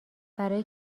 برای